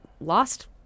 lost